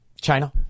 China